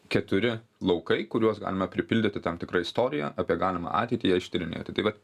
keturi laukai kuriuos galime pripildyti tam tikra istorija apie galimą ateitį ją ištyrinėti tai vat